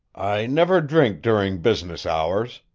i never drink during business hours,